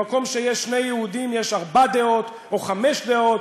במקום שיש שני יהודים, יש ארבע דעות או חמש דעות,